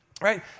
Right